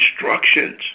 instructions